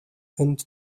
and